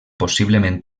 possiblement